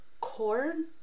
Corn